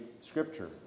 Scripture